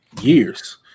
years